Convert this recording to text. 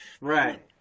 Right